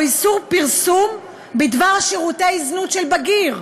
או איסור פרסום בדבר שירותי זנות של בגיר,